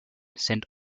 sent